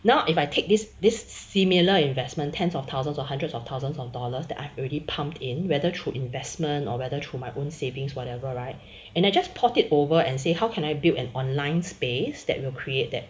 now if I take this this similar investment tens of thousands or hundreds of thousands of dollars that I've already pumped in whether through investment or whether through my own savings whatever right and I just port it over and say how can I built an online space that will create that